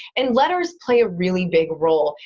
and letters play a really big role,